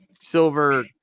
silver